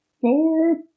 Four